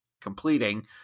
completing